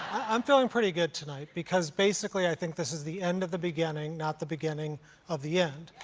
i'm feeling pretty good tonight because, basically, i think this is the end of the beginning not the beginning of the end.